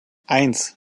eins